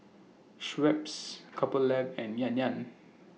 Schweppes Couple Lab and Yan Yan